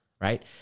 Right